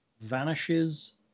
vanishes